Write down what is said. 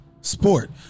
sport